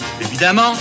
Évidemment